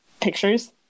pictures